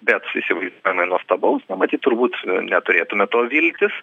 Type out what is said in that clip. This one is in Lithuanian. bet įsivaizduojamai nuostabaus na matyt turbūt neturėtume to viltis